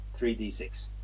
3d6